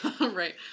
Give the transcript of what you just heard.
right